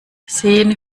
sehen